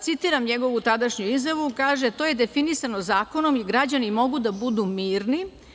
Citiram njegovu tadašnju izjavu, koja kaže: „To je definisano zakonom i građani mogu da budu mirni.